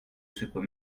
secouer